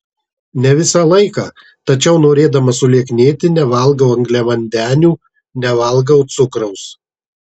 ne visą laiką tačiau norėdama sulieknėti nevalgau angliavandenių nevalgau cukraus